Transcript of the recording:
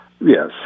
Yes